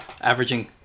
averaging